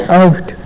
out